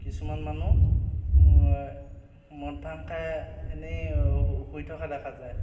কিছুমান মানুহ মদ ভাং খাই এনেই শুই থকা দেখা যায়